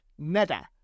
Neda